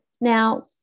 Now